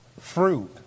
fruit